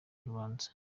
urubanza